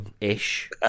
ish